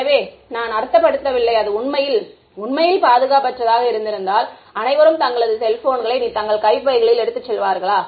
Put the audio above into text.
எனவே நான் அர்த்தப்படுத்தவில்லை அது உண்மையில் உண்மையில் பாதுகாப்பற்றதாக இருந்திருந்தால் அனைவரும் தங்களது செல்போன்களை இனி தங்கள் பைகளில் எடுத்துச் செல்வார்களா